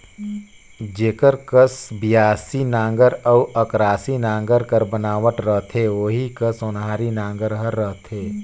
जेकर कस बियासी नांगर अउ अकरासी नागर कर बनावट रहथे ओही कस ओन्हारी नागर हर रहथे